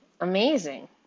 amazing